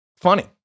funny